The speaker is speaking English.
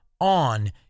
on